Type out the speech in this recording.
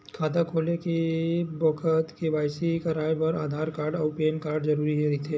खाता खोले के बखत के.वाइ.सी कराये बर आधार कार्ड अउ पैन कार्ड जरुरी रहिथे